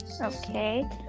Okay